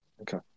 Okay